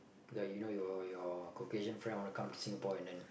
ya you know your your caucasian friend wanna come to Singapore and then